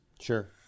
Sure